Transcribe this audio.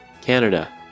Canada